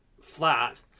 flat